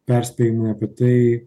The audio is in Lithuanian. perspėjimai apie tai